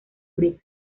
briggs